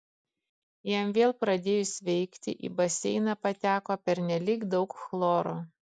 jam vėl pradėjus veikti į baseiną pateko pernelyg daug chloro